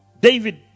David